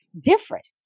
different